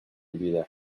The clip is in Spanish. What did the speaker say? vida